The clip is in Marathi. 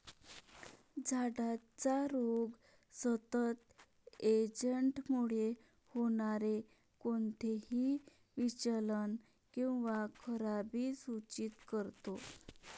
झाडाचा रोग सतत एजंटमुळे होणारे कोणतेही विचलन किंवा खराबी सूचित करतो